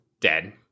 dead